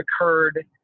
occurred